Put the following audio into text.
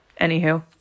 Anywho